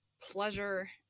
pleasure